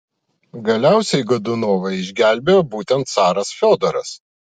galiausiai godunovą išgelbėjo būtent caras fiodoras